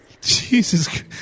Jesus